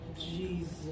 Jesus